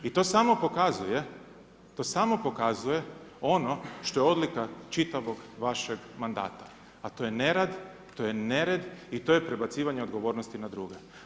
I to samo pokazuje, to samo pokazuje ono što je odlika čitavog vašeg mandata a to je nerad, to je nered i to je prebacivanje odgovornosti na druge.